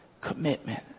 commitment